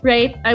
Right